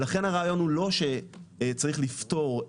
ולכן הרעיון הוא לא שצריך לפתור,